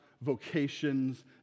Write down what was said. vocations